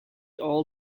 all